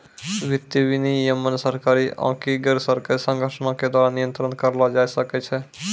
वित्तीय विनियमन सरकारी आकि गैरसरकारी संगठनो के द्वारा नियंत्रित करलो जाय सकै छै